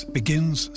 begins